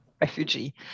refugee